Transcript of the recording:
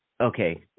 Okay